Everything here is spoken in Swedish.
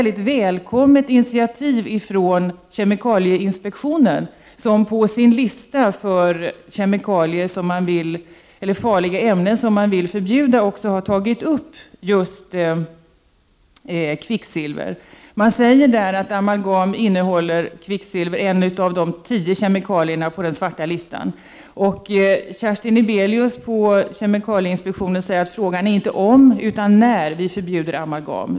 Det initiativ som kemikalieinspektionen har tagit är mycket välkommet. Inspektionen har på sin lista över farliga ämnen som man vill förbjuda tagit upp just kvicksilver. Man säger från inspektionen att amalgam innehåller kvicksilver, en av de tio kemikalierna på ”den svarta listan”. Kerstin Niblaeus på kemikalieinspektionen säger att frågan inte är om utan när vi förbjuder amalgam.